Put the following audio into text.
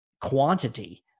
quantity